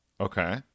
okay